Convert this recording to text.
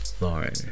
Lauren